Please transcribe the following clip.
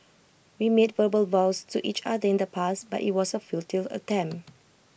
we made verbal vows to each other in the past but IT was A futile attempt